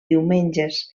diumenges